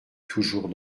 toujours